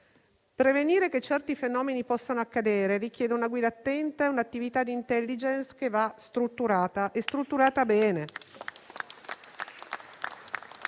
Prevenire che certi fenomeni possano accadere richiede una guida attenta e un'attività di *intelligence* che va strutturata e strutturata bene.